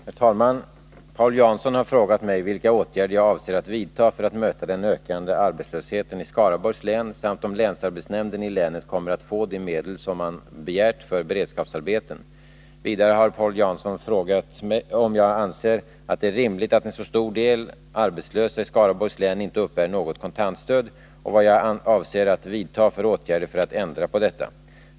Herr talman! Paul Jansson har frågat mig vilka åtgärder jag avser att vidta för att möta den ökande arbetslösheten i Skaraborgs län samt om länsarbetsnämnden i länet kommer att få de medel som man begärt för beredskapsarbeten. Vidare har Paul Jansson frågat om jag anser att det är rimligt att en så stor del arbetslösa i Skaraborgs län inte uppbär något kontantstöd och vad jag avser att vidta för åtgärder för att ändra på detta.